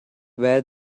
where